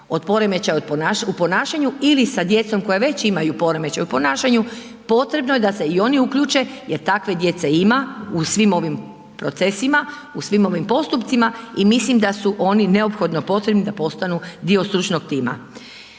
od poremećaja u ponašanju ili sa djecom koja već imaju poremećaj u ponašanju, potrebno je da se i oni uključe jer takve djece ima u svim ovim procesima, u svim ovim postupcima i mislim da su oni neophodno potrebni da postanu dio stručnog tima.